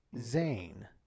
Zane